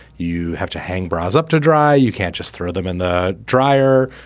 you have to hang bras up to dry. you can't just throw them in the dryer.